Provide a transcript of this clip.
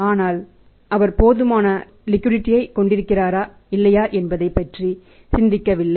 ஆனால் அவர் போதுமான லிக்விடிடி ஐ கொண்டிருக்கிறாரா இல்லையா என்பதைப் பற்றி சிந்திக்கவில்லை